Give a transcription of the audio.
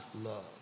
love